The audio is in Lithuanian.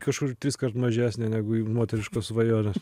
kažkur triskart mažesnė negu jų moteriškos svajonės